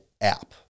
app